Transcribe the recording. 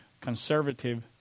conservative